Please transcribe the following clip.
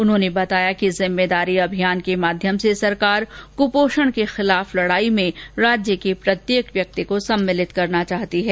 उन्होंने बताया कि जिम्मेदारी अभियान के माध्यम से सरकार क्पोषण के खिलाफ लड़ाई में राज्य के प्रत्येक व्यक्ति को सम्मिलित करना चाहती है